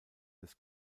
des